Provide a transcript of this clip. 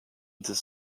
this